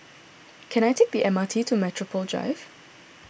can I take the M R T to Metropole Drive